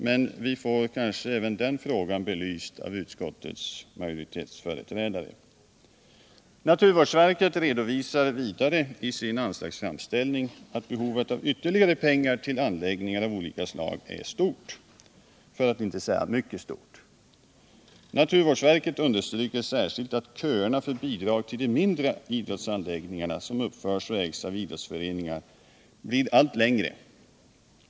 Men vi får kanske även den frågan belyst av utskottets företrädare. Naturvårdsverket redovisar vidare i sin anslagsframställning att behovet av ytterligare pengar till anläggningar av olika slag är stort, för att inte säga mycket stort. Naturvårdsverket understryker särskilt att köerna för bidrag till de mindre idrottsanläggningar som uppförs och ägs av idrottsföreningarna blir allt längre.